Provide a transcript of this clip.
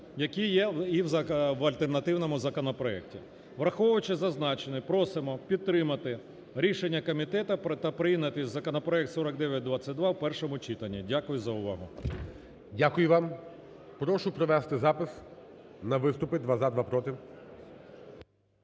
які є і в альтернативному законопроекту. Враховуючи зазначене, просимо підтримати рішення комітету та прийняти законопроект 4922 в першому читанні. Дякую за увагу. ГОЛОВУЮЧИЙ. Дякую вам. Прошу провести запис на виступи: два – за,